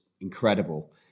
incredible